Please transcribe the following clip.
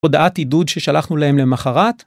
הודעת עידוד ששלחנו להן למחרת.